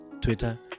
Twitter